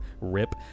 Rip